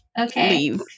Okay